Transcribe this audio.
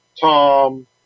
Tom